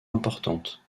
importante